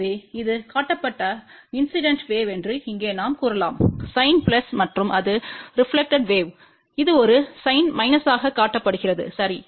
எனவே இது காட்டப்பட்ட இன்சிடென்ட் வேவ் என்று இங்கே நாம் கூறலாம் சைன் பிளஸ் மற்றும் இது ரெப்லக்டெட்த்த வேவ் இது ஒரு சைன் மைனஸால் காட்டப்படுகிறது சரி